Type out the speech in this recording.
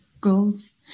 goals